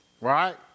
right